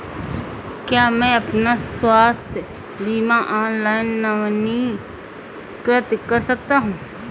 क्या मैं अपना स्वास्थ्य बीमा ऑनलाइन नवीनीकृत कर सकता हूँ?